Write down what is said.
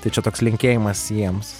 tai čia toks linkėjimas jiems